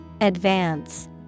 Advance